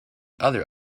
other